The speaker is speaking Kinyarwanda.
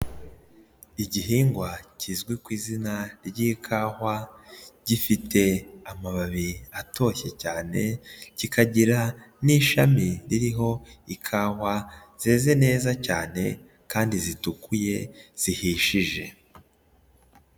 Igihingwa kizwi ku izina ry'ikawa, gifite amababi atoshye cyane, kikagira n'ishami ririho ikawa zeze neza cyane kandi zitukuye zihishije.